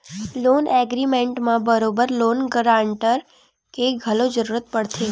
loan agreement म बरोबर loan guarantor के घलो जरुरत पड़थे